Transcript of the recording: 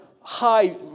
high